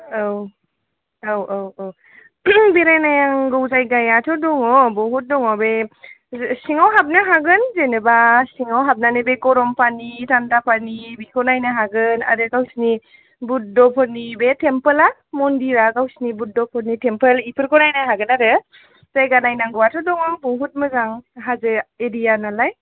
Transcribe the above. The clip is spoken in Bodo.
औ औ औ औ बेरायनांगौ जायगायाथ' दङ बहुद दङ बे सिङाव हाबनो हागोन जेनबा सिङाव हाबनानै बे गरम पानि थान्दा पानि बिखौ नायनो हागोन आरो गावसोरनि बुद्धफोरनि बे टेम्पोला मन्दिरा गावसोरनि बुद्धफोरनि टेम्पोल बेफोरखौ नायनो हागोन आरो जायगा नायनांगौआथ' दङ बहुद मोजां हाजो एरिया नालाय